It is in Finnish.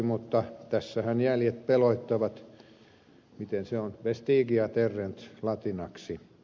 mutta tässähän jäljet pelottavat miten se on vestigia terrent latinaksi